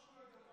לא רק,